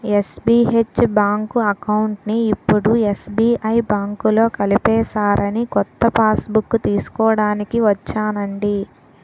SBH bank అకౌంట్ని ఇప్పుడు SBI బాంకులో కలిపేసారని కొత్త పాస్బుక్కు తీస్కోడానికి ఒచ్చానండి